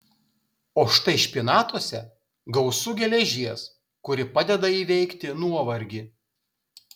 o štai špinatuose gausu geležies kuri padeda įveikti nuovargį